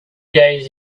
days